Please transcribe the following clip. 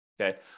Okay